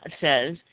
says